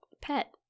pet